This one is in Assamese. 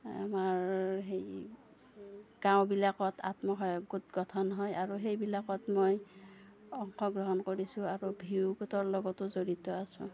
আমাৰ সেই গাঁওবিলাকত আত্মসায়ক গোট গঠন হয় আৰু সেইবিলাকত মই অংশগ্ৰহণ কৰিছোঁ আৰু ভি অ' গোটৰ লগতো জড়িত আছো